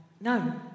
No